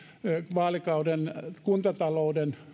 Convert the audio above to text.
vaalikauden kuntatalouden